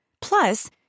Plus